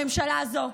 הממשלה הזו,